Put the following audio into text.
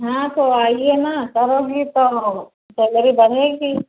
हाँ तो आइए न करोगी तो सैलरी बढ़ेगी